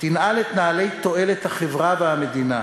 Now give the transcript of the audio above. נעל את נעלי תועלת החברה והמדינה.